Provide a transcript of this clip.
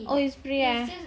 oh it's free ah